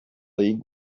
league